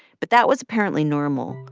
but that was apparently normal.